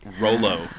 Rolo